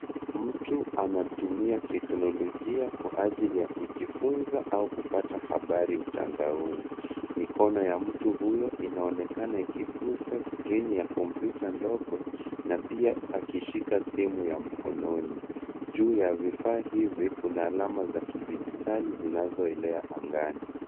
Mtu anatumia teknolojia kwa ajili ya kujifunza au kupata habari mtandaoni. Mikono ya mtu huyo inaonekana ikigusa skrini ya kompyuta ndogo, na pia akishika simu ya mkononi. Juu ya vifaa hivi kuna alama za kidijitali zinazoelea angani.